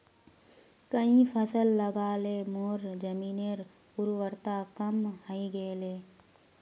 कई फसल लगा ल मोर जमीनेर उर्वरता कम हई गेले